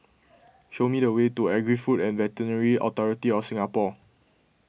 show me the way to Agri Food and Veterinary Authority of Singapore